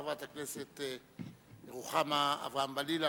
חברת הכנסת רוחמה אברהם-בלילא,